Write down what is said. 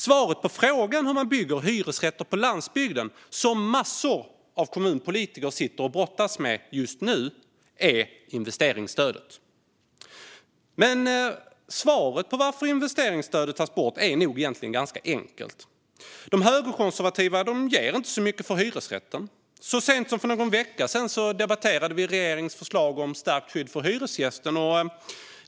Svaret på frågan hur man bygger hyresrätter på landsbygden, en fråga som massor av kommunpolitiker just nu sitter och brottas med, är investeringsstödet. Men svaret på varför investeringsstödet tas bort är nog egentligen ganska enkelt. De högerkonservativa ger nämligen inte så mycket för hyresrätten. Så sent som för någon vecka sedan debatterade vi regeringens förslag om stärkt skydd för hyresgäster.